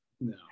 No